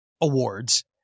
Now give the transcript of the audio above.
awards